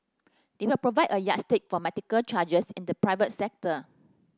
they will provide a yardstick for medical charges in the private sector